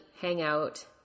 hangout